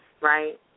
right